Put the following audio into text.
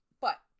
But-